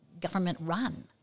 government-run